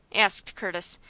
asked curtis,